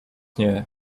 nie